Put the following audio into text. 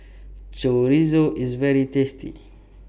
Chorizo IS very tasty